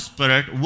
Spirit